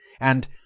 and—